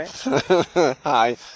Hi